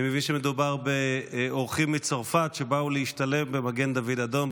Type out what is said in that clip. אני מבין שמדובר באורחים מצרפת שבאו להשתלם במגן דוד אדום.